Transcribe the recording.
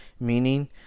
meaning